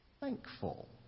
thankful